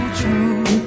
true